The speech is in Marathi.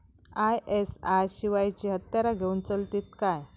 आय.एस.आय शिवायची हत्यारा घेऊन चलतीत काय?